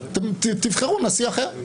תבחרו נשיא אחר.